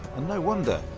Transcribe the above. and no wonder,